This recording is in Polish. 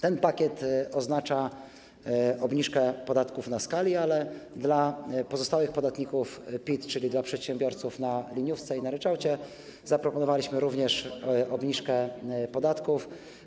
Ten pakiet oznacza obniżkę podatków na skali, ale dla pozostałych podatników PIT, czyli dla przedsiębiorców na dniówce i na ryczałcie zaproponowaliśmy również obniżkę podatków.